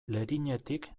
lerinetik